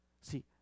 See